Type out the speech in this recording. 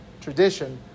tradition